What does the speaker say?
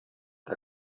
der